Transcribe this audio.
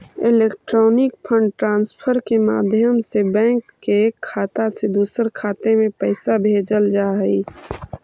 electronic fund transfer के माध्यम से बैंक के एक खाता से दूसर खाते में पैइसा भेजल जा हइ